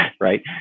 Right